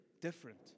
different